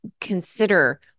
consider